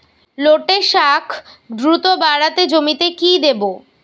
লটে শাখ দ্রুত বাড়াতে জমিতে কি দেবো?